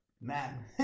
man